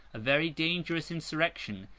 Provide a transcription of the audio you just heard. a very dangerous insurrection,